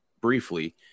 briefly